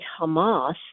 Hamas